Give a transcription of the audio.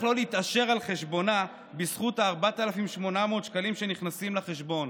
לא להתעשר על חשבונה בזכות ה-4,800 שקלים שנכנסים לחשבון,